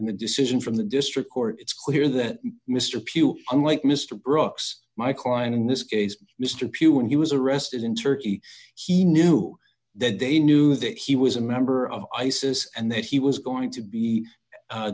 and the decision from the district court it's clear that mr pugh unlike mr brooks my client in this case mr pugh when he was arrested in turkey he knew that they knew that he was a member of isis and that he was going to be